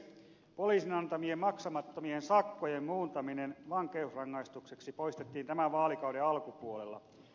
poliisin antamien maksamattomien sakkojen muuntaminen vankeusrangaistukseksi poistettiin tämän vaalikauden alkupuolella